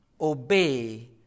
obey